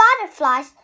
butterflies